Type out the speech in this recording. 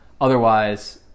otherwise